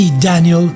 Daniel